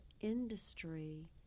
industry